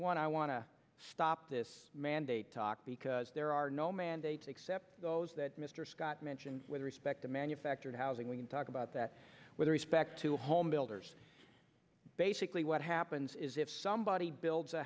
one i want to stop this mandate talk because there are no mandates except those that mr scott mentioned with respect to manufactured housing we can talk about that with respect to home builders basically what happens is if somebody builds a